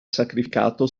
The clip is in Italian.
sacrificato